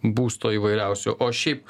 būsto įvairiausio o šiaip